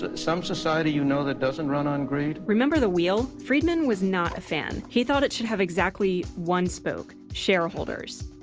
some society you know that doesn't run on greed? remember the wheel? friedman was not a fan. he thought it should have exactly one spoke, shareholders.